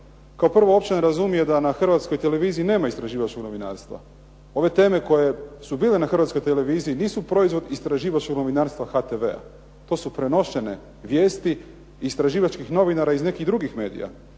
kao prvo uopće ne razumije da na Hrvatskoj televiziji nema istraživačkog novinarstva. Ove teme koje su bile na Hrvatskoj televiziji nisu proizvod istraživačkog novinarstva HTV-a. To su prenošene vijesti istraživačkih novinara iz nekih drugih medija.